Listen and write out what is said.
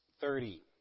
thirty